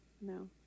no